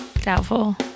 Doubtful